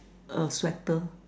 a sweater